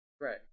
right